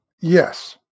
Yes